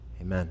Amen